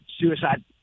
suicide